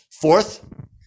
Fourth